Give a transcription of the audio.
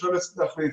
אפשר להחליף.